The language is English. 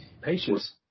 patience